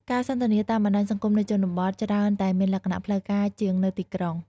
ការសន្ទនាតាមបណ្ដាញសង្គមនៅជនបទច្រើនតែមានលក្ខណៈផ្លូវការជាងនៅទីក្រុង។